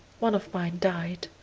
one of mine died.